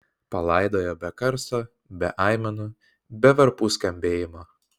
palaidojo be karsto be aimanų be varpų skambėjimo